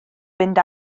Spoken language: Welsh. fynd